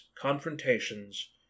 confrontations